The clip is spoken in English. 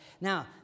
Now